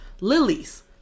lilies